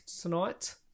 tonight